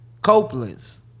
Copeland's